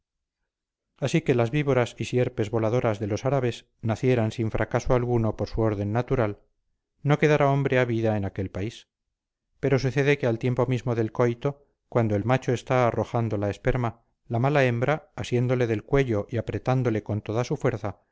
así que si las víboras y sierpes voladoras de los árabes nacieran sin fracaso alguno por su orden natural no quedara hombre a vida en aquel país pero sucede que al tiempo mismo del coito cuando el macho está arrojando la esperma la mala hembra asiéndole del cuello y apretándole con toda su fuerza